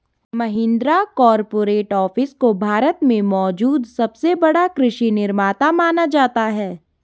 Mahindra corporate office को भारत में मौजूद सबसे बड़ा कृषि निर्माता माना जाता है